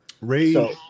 Ray